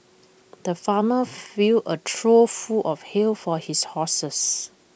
the farmer filled A trough full of hay for his horses